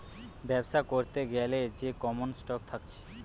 বেবসা করতে গ্যালে যে কমন স্টক থাকছে